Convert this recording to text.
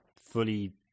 fully